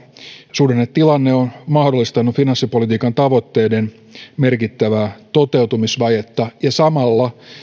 suhdannetilanne on mahdollistanut finanssipolitiikan tavoitteiden merkittävää toteutumisvajetta ja samalla